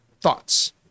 thoughts